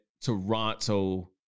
Toronto